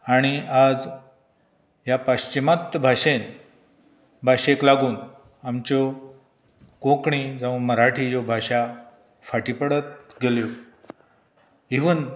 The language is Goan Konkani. आनी आज ह्या पाश्चिमत भाशेन भाशेक लागून आमच्यो कोंकणी जावं मराठी ह्यो भाशा फाटी पडत गेल्यो इवन